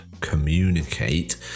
communicate